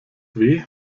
weh